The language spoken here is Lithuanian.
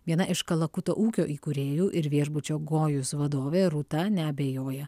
viena iš kalakutų ūkio įkūrėjų ir viešbučio gojus vadovė rūta neabejoja